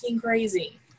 crazy